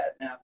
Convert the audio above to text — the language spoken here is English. now